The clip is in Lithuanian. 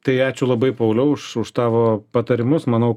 tai ačiū labai pauliau už už tavo patarimus manau